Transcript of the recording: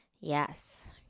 Yes